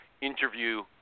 interview